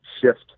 shift